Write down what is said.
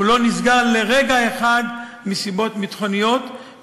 הוא לא נסגר לרגע אחד מסיבות ביטחוניות,